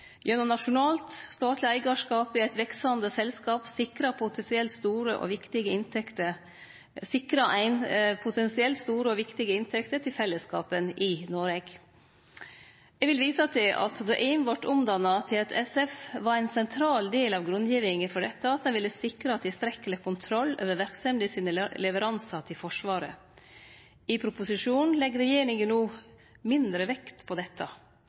Gjennom nasjonal, statleg eigarskap i eit veksande selskap sikrar ein potensielt store og viktige inntekter til fellesskapen i Noreg. Eg vil vise til at då AIM vart omdanna til eit SF, var ein sentral del av grunngivinga for dette at ein ville sikre tilstrekkeleg kontroll over verksemda sine leveransar til Forsvaret. I proposisjonen legg regjeringa no mindre vekt på dette.